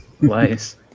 Nice